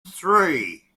three